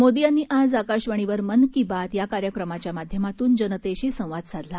मोदीयांनीआजआकाशवाणीवरमनकीबातयाकार्यक्रमाच्यामाध्यमातूनजनतेशीसंवादसाधला